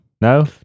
No